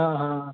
हँ हँ